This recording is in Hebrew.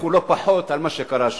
בכו לא פחות על מה שקרה שם.